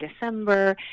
December